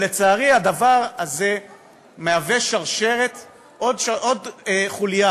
לצערי, הדבר הזה הוא עוד חוליה